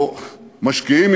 או משקיעים,